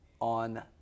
on